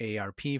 ARP